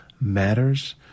matters